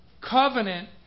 covenant